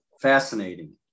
fascinating